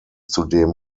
zudem